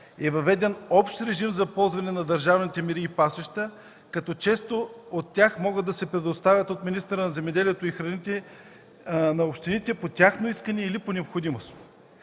е въведен общ режим за ползване на държавните мери и пасища, като част от тях могат да се предоставят от министъра на земеделието и храните на общините по тяхно искане или по необходимост.